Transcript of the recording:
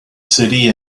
city